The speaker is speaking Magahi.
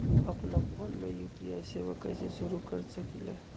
अपना फ़ोन मे यू.पी.आई सेवा कईसे शुरू कर सकीले?